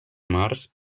març